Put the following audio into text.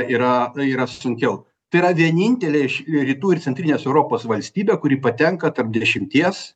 yra yra sunkiau tai yra vienintelė iš rytų ir centrinės europos valstybė kuri patenka tarp dešimties